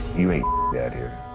you ain't yeah out here.